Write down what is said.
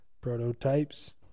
prototypes